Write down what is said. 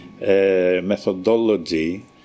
methodology